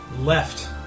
left